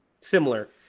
similar